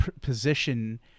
position